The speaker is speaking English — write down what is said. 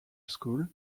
school